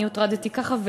אני הוטרדתי ככה.